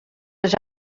les